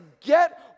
get